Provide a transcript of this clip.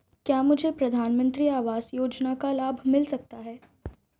क्या मुझे प्रधानमंत्री आवास योजना का लाभ मिल सकता है?